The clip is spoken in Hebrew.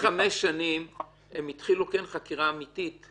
אחרי חמש שנים הם התחילו חקירה אמתית,